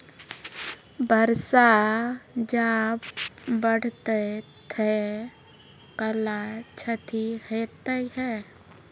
बरसा जा पढ़ते थे कला क्षति हेतै है?